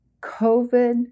COVID